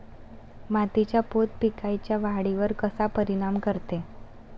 मातीचा पोत पिकाईच्या वाढीवर कसा परिनाम करते?